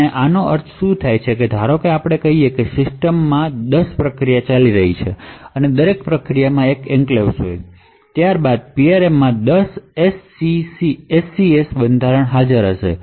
અને આનો અર્થ શું છે તે ધારો કે આપની સિસ્ટમમાં 10 પ્રોસેસ ચાલી રહી છે અને દરેક પ્રોસેસમાં એક એન્ક્લેવ્સ હોય છે ત્યારબાદ PRM માં 10 SECS હાજર રહેશે